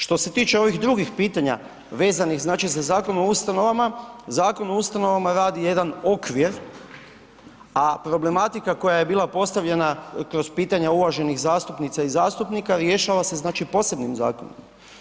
Što se tiče ovih drugih pitanja vezanih znači za Zakon o ustanovama, Zakon o ustanovama radi jedan okvir a problematika koja je bila postavljena kroz pitanja uvaženih zastupnica i zastupnika rješava se znači posebnim zakonom.